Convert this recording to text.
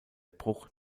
bruch